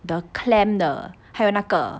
the clam 的还有那个